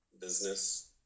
business